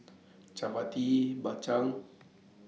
Chappati Bak Chang